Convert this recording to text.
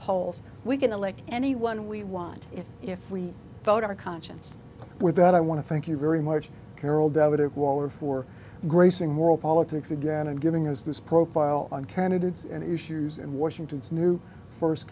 polls we can elect anyone we want if if we vote our conscience with that i want to thank you very much carol debit waller for gracing moral politics again and giving those this profile on candidates and issues in washington's new first